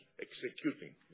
executing